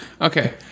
Okay